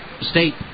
State